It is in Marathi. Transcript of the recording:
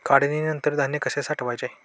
काढणीनंतर धान्य कसे साठवायचे?